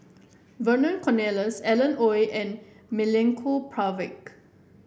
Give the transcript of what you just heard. Vernon Cornelius Alan Oei and Milenko Prvacki